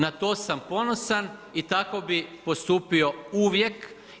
Na to sam ponosan i tako bih postupio uvijek.